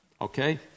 okay